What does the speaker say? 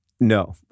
No